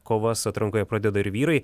kovas atrankoje pradeda ir vyrai